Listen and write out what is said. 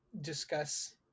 discuss